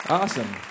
Awesome